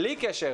בלי קשר